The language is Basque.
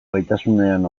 gaitasunean